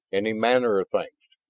any manner of things.